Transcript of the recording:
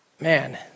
Man